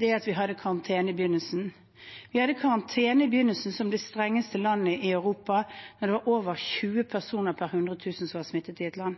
det at vi hadde karantene i begynnelsen. Vi hadde karantene i begynnelsen som det strengeste landet i Europa når det var over 20 personer per 100 000 som var smittet i et land.